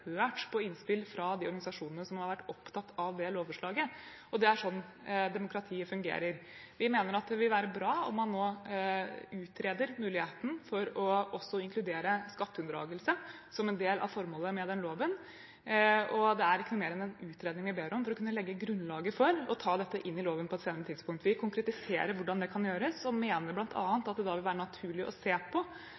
hørt på innspill fra de organisasjonene som har vært opptatt av lovforslaget, og det er sånn demokratiet fungerer. Vi mener at det vil være bra om man nå utreder muligheten for også å inkludere skatteunndragelse som en del av formålet med loven. Det er ikke noe mer enn en utredning vi ber om, for å kunne legge grunnlaget for å ta dette inn i loven på et senere tidspunkt. Vi konkretiserer hvordan det kan gjøres og mener